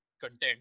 content